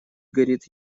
горит